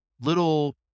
little